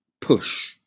push